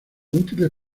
útiles